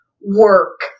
work